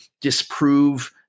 disprove